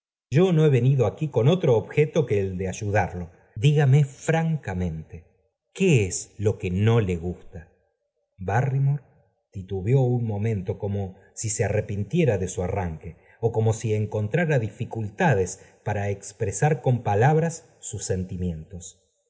yo no he venido aquf con otro objeto que el de ayudarlo dígame francamente qué es lo que no le gusta barrymore titubeó un momento como si se arrepintiera de su arranque ó como si encontrara dificultades para expresar con palabras sus senevda